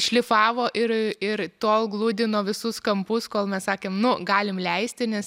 šlifavo ir ir tol gludino visus kampus kol mes sakėm nu galim leisti nes